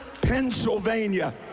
Pennsylvania